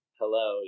hello